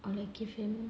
or like give him